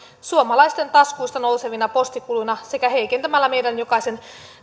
suomalaisten taskuista nousevina postikuluina sekä heikentämällä meidän jokaisen